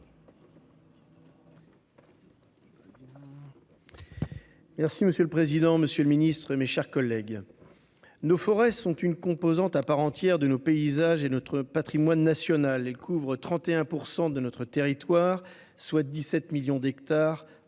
Monsieur le président, monsieur le ministre, mes chers collègues, nos forêts sont une composante à part entière de nos paysages et de notre patrimoine national. Elles couvrent 31 % de notre territoire, soit 17 millions d'hectares